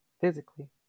physically